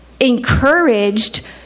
encouraged